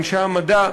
אנשי המדע,